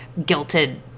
guilted